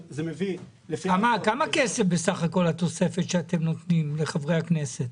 כמה כסף בסך הכול התוספת שאתם נותנים לחברי הכנסת?